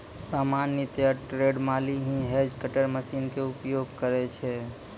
सामान्यतया ट्रेंड माली हीं हेज कटर मशीन के उपयोग करै छै